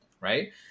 right